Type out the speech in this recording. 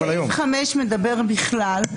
סעיף 5 מדבר על כלל השעות.